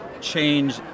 change